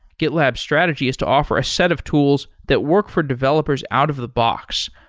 gitlab's strategy is to offer a set of tools that work for developers out of the box,